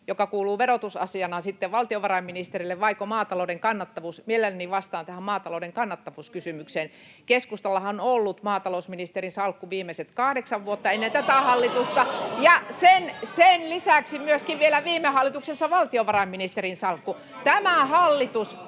joka kuuluu verotusasiana valtiovarainministerille, vaiko maatalouden kannattavuus. Mielelläni vastaan maatalouden kannattavuuskysymykseen. [Anne Kalmari: Molempiin!] Keskustallahan on ollut maatalousministerin salkku viimeiset kahdeksan vuotta ennen tätä hallitusta [Välihuutoja — Naurua] ja vielä sen lisäksi myöskin viime hallituksessa valtiovarainministerin salkku. Tämä hallitus